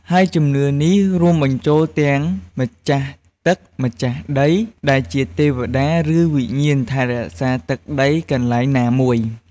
ហើយជំនឿនេះរួមបញ្ចូលទាំង ម្ចាស់ទឹក ម្ចាស់ដី ដែលជាទេវតា ឬ វិញ្ញាណថែរក្សាទឹកដីកន្លែងណាមួយ។